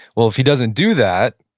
well, if he doesn't do that,